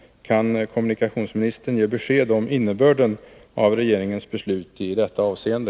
Kan kommunikationsministern ge besked om innebörden av regeringens beslut i detta avseende?